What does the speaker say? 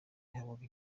yahabwaga